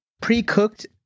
pre-cooked